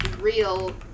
real